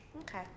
okay